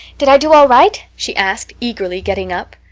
did i do all right? she asked eagerly, getting up.